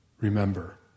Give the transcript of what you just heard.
Remember